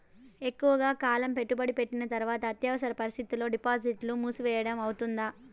ఎక్కువగా కాలం పెట్టుబడి పెట్టిన తర్వాత అత్యవసర పరిస్థితుల్లో డిపాజిట్లు మూసివేయడం అవుతుందా?